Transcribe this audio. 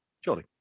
surely